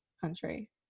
country